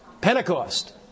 Pentecost